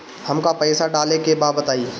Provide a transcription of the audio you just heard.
हमका पइसा डाले के बा बताई